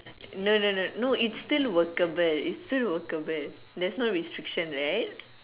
no no no no it's still workable it's still workable there's no restriction right